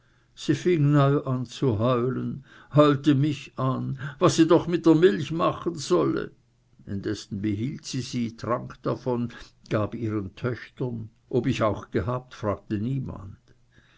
an zu heulen heulte mich an was sie doch mit der milch machen solle indessen behielt sie sie trank davon gab ihren töchtern ob ich auch gehabt darnach fragte niemand